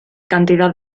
cantidad